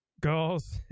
girls